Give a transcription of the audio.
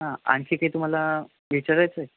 आणखी काही तुम्हाला विचारायचं आहे